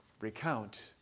recount